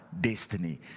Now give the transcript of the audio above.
destiny